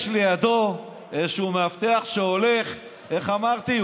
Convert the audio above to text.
יש לידו איזשהו מאבטח שהולך, איך אמרתי?